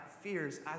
fears